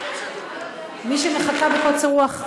מי שמחכה בקוצר רוח,